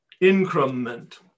increment